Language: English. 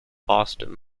boston